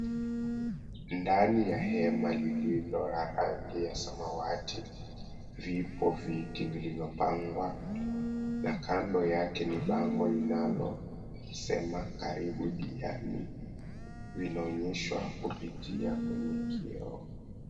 Ndani ya hema lililo na rangi ya samawati, vipo viti vilivyopangwa na kando yake ni bango linalosema karibu diani. Vinaonyeshwa kupitia kwenye kioo.